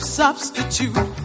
substitute